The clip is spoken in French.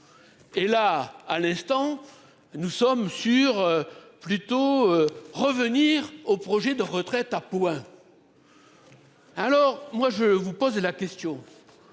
Et là à l'instant, nous sommes sûrs. Plutôt revenir au projet de retraite à points. Alors moi je vous pose la question.